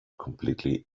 completely